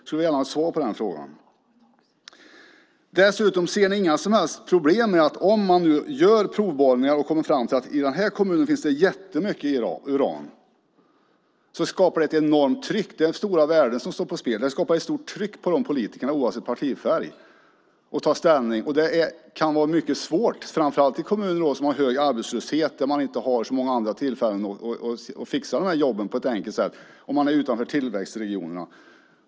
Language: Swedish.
Jag skulle gärna vilja ha ett svar på de frågorna. Om man nu gör provborrningar och kommer fram till att det finns mycket uran i en viss kommun skapar det ett enormt tryck. Det är stora värden som står på spel, och det skapar ett stort tryck på politikerna oavsett partifärg. Det kan vara mycket svårt i kommuner där man har hög arbetslöshet, inte har så många andra tillfällen att fixa jobb och är utanför tillväxtregionerna.